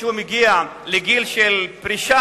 כאשר הוא מגיע לגיל פרישה,